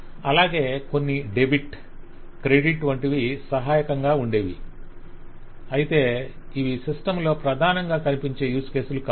అలాగే కొన్ని debit credit వంటివి సహాయకంగా ఉండేవి అయితే ఇవి సిస్టమ్ లో ప్రధానంగా కనిపించే యూజ్ కేసులు కాదు